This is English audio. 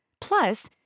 Plus